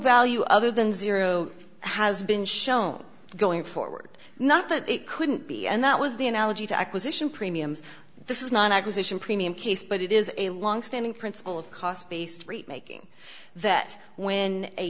value other than zero has been shown going forward not that it couldn't be and that was the analogy to acquisition premiums this is not an acquisition premium case but it is a longstanding principle of cost based making that when a